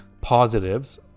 positives